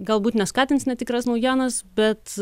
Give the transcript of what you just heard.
galbūt neskatins netikras naujienas bet